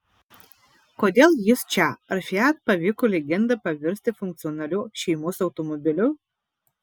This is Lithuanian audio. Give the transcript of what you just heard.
kodėl jis čia ar fiat pavyko legendą paversti funkcionaliu šeimos automobiliu